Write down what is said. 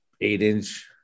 eight-inch –